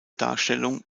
darstellung